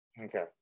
Okay